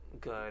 good